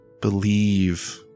believe